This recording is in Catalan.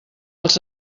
els